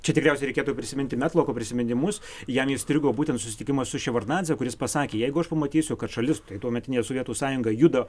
čia tikriausiai reikėtų prisiminti metloko prisiminimus jam įstrigo būtent susitikimas su ševardnadze kuris pasakė jeigu aš pamatysiu kad šalis tai tuometinė sovietų sąjunga juda